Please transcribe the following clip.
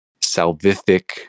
salvific